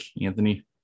Anthony